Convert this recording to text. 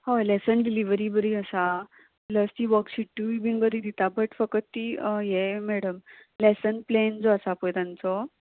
हय lesson delivery बरी आसा प्लस ती वर्कशीटूय बी बरी दिता बट फकत ती हे मॅडम लेसन प्लेन जो आसा पय तांचो